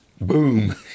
boom